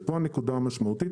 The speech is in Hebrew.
ופה הנקודה המשמעותית,